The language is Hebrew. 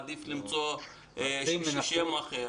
עדיף למצוא שם אחר.